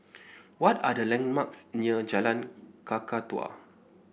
what are the landmarks near Jalan Kakatua